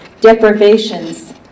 deprivations